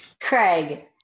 Craig